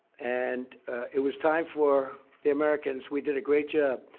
and it was time for the americans we did a great job.